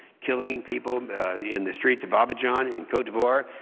killing people in the streets of abidjan and cote d'ivoire.